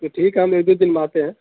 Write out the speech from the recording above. تو ٹھیک ہے ہم ایک دو دن میں آتے ہیں